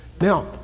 Now